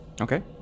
Okay